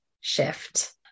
shift